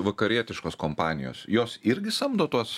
vakarietiškos kompanijos jos irgi samdo tuos